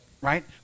right